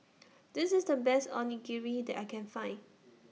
This IS The Best Onigiri that I Can Find